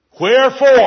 Wherefore